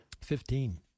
Fifteen